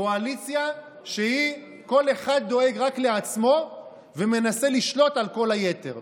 קואליציה שכל אחד דואג רק לעצמו ומנסה לשלוט על כל היתר.